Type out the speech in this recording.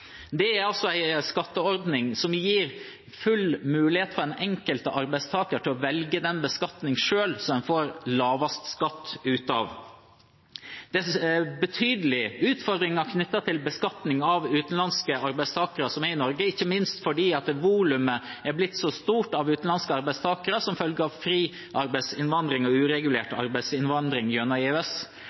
Det er en skatteordning som gir full mulighet for den enkelte arbeidstaker til selv å velge den beskatningen som gir lavest skatt. Det er betydelige utfordringer knyttet til beskatningen av utenlandske arbeidstakere som er i Norge, ikke minst fordi volumet av utenlandske arbeidstakere er blitt så stort, som følge av fri arbeidsinnvandring og uregulert arbeidsinnvandring gjennom